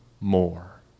more